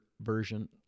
version